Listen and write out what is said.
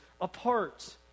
apart